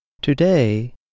Today